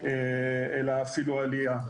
אלא אפילו עלייה,